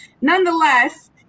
nonetheless